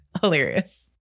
Hilarious